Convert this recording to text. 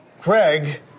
Craig